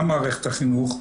גם מערכת החינוך,